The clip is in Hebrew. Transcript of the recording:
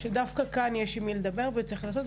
ודווקא כאן יש עם מי לדבר וצריך לעשות.